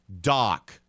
Doc